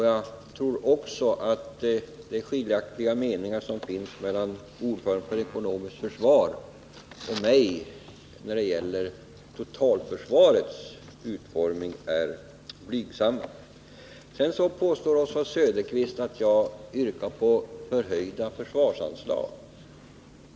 Jag tror också att de skiljaktigheter i uppfattning som finns mellan generaldirektören i överstyrelsen för ekonomiskt försvar och mig när det gäller totalförsvarets utformning är blygsamma. Sedan påstår Oswald Söderqvist att jag yrkar på höjda försvarsanslag.